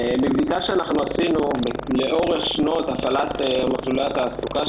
מבדיקה שעשינו לאורך שנות הפעלת מסלולי התעסוקה,